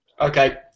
Okay